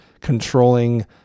controlling